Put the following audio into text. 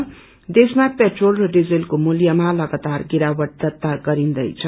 रं देशमा पेट्रोल र डीजेलको मूल्यमा लगातार गिरावट दत्ता गरिन्दैछ